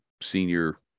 senior